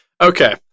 Okay